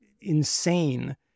insane